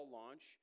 launch